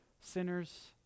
sinners